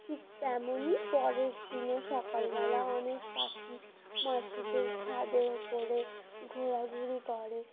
ঠিক তেমনই পরের দিনও সকালবেলা অনেক পাখি মাসিদের ছাদের ওপরে ঘোরাঘুরি করে